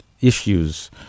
issues